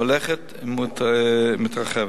הולכת ומתרחבת.